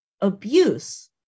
abuse